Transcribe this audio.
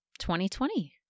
2020